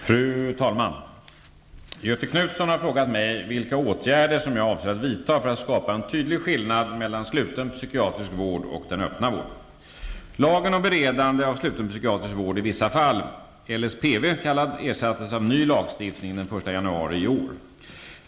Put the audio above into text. Fru talman! Göthe Knutson har frågat mig vilka åtgärder som jag avser att vidta för att skapa en tydlig skillnad mellan sluten psykiatrisk vård och den öppna vården. januari i år.